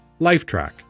Lifetrack